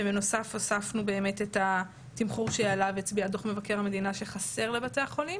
ובנוסף הוספנו את התמחור שעליו הצביע דוח מבקר המדינה שחסר בבתי החולים,